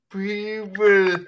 people